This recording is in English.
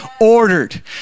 ordered